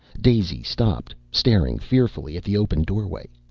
daisy stopped, staring fearfully at the open doorway.